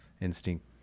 instinct